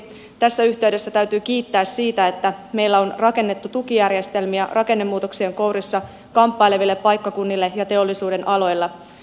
tässä yhteydessä täytyy kiittää siitä että meillä on rakennettu tukijärjestelmiä rakennemuutoksien kourissa kamppaileville paikkakunnille ja teollisuudenaloille